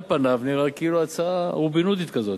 על פניו נראה כאילו ההצעה "רובין-הודית" כזאת,